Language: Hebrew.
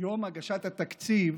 יום הגשת התקציב